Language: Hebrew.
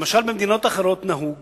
למשל, במדינות אחרות נהוג